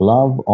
Love